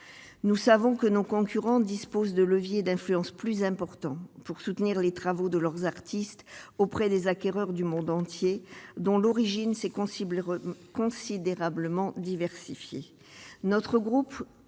nous savons que nos concurrents disposent de leviers d'influence plus important pour soutenir les travaux de leurs artistes auprès des acquéreurs du monde entier, dont l'origine, c'est qu'on cible considérablement diversifié notre groupe